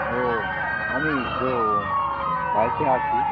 ও আমি তো বাড়িতে আছি